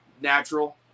natural